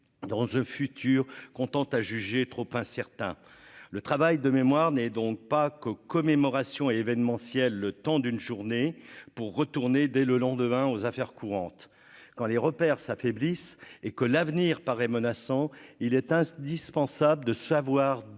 dans le futur contente, a jugé trop incertain, le travail de mémoire n'est donc pas qu'aux commémorations événementiel, le temps d'une journée pour retourner dès le long de vingt aux affaires courantes quand les repères s'affaiblissent et que l'avenir paraît menaçant, il est indispensable de savoir